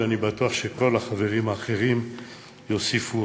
ואני בטוח שכל החברים האחרים רק יוסיפו.